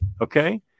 Okay